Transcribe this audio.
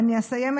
אני אסיים,